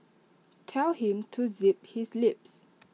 tell him to zip his lip